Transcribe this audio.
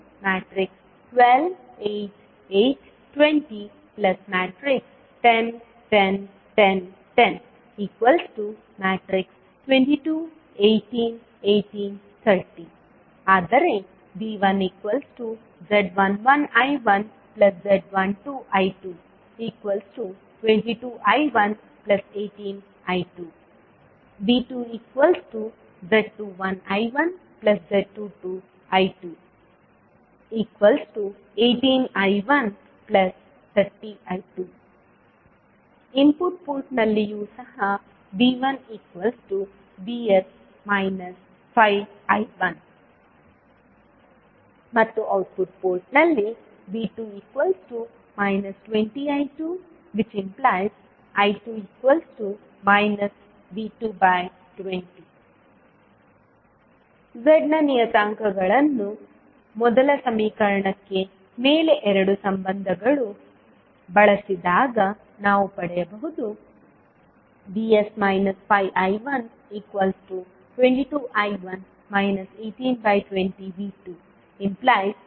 zzazb12 8 8 20 10 10 10 10 22 18 18 30 ಆದರೆ V1z11I1z12I2 22I118I2 V2z21I1z22I2 18I130I2 input ಪೋರ್ಟ್ನಲ್ಲಿಯೂ ಸಹ V1VS 5I1 ಮತ್ತು ಔಟ್ಪುಟ್ ಪೋರ್ಟ್ನಲ್ಲಿ V2 20I2I2 V220 z ನ ನಿಯತಾಂಕಗಳನ್ನು ಮೊದಲ ಸಮೀಕರಣಕ್ಕೆ ಮೇಲೆ ಎರಡು ಸಂಬಂಧಗಳು ಬದಲಿಸಿದಾಗ ನಾವು ಪಡೆಯಬಹುದು VS 5I122I1 1820V2VS27I1 0